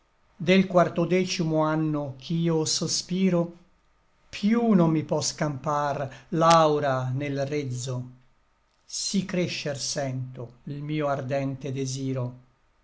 del quartodecimo anno ch'io sospiro piú non mi pò scampar l'aura né l rezzo sí crescer sento l mio ardente desiro